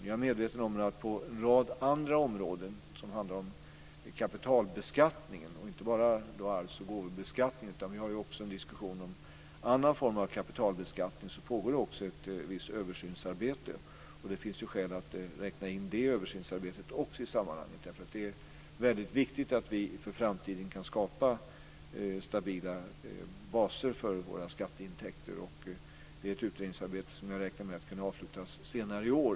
Jag är medveten om att det på en rad andra områden som gäller kapitalbeskattningen, alltså inte bara gåvobeskattningen utan också annan kapitalbeskattning, pågår ett visst översynsarbete. Det finns skäl att räkna in också det översynsarbetet i detta sammanhang. Det är väldigt viktigt att vi för framtiden kan skapa stabila baser för våra skatteintäkter. Jag räknar med att detta utredningsarbete ska kunna avslutas senare i år.